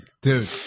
dude